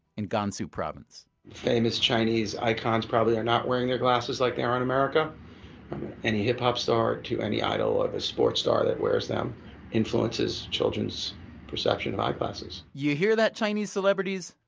and gansu province famous chinese icons probably are not wearing their glasses like they are in america. from any hip-hop star to any idol of a sports star that wears them influences children's perception of eyeglasses you hear that chinese celebrities?